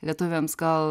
lietuviams gal